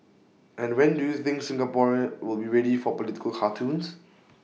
and when do you think Singaporean will be ready for political cartoons